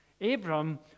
Abram